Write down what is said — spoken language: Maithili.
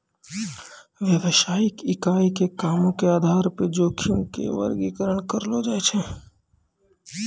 व्यवसायिक इकाई के कामो के आधार पे जोखिम के वर्गीकरण करलो जाय छै